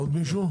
עוד מישהו.